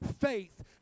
faith